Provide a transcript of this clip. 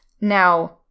now